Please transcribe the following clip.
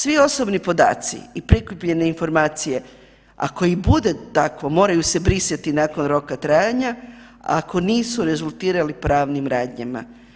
Svi osobni podaci i prikupljene informacije, ako i bude tako moraju se brisati nakon roka trajanja ako nisu rezultirali pravnim radnjama.